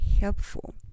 helpful